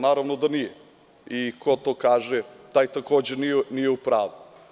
Naravno da nije i ko to kaže taj takođe nije u pravu.